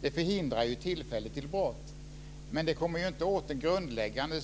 Det förhindrar tillfället till brott. Men man kommer inte åt den grundläggande